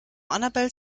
annabel